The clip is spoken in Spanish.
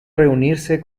reunirse